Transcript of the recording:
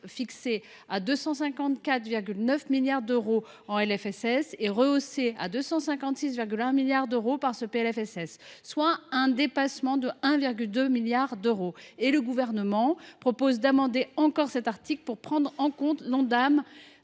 fixé à 254,9 milliards d’euros en LFSS initiale, est rehaussé à 256,1 milliards d’euros dans le présent PLFSS, soit un dépassement de 1,2 milliard d’euros. Et le Gouvernement propose d’amender encore le texte pour prendre en compte l’Ondam